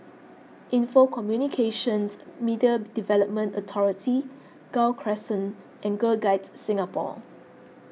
Info Communications Media Development Authority Gul Crescent and Girl Guides Singapore